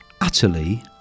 utterly